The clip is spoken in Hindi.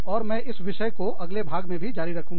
और मैं इस विषय को अगले भाग में भी जारी रखूंगी